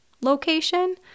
location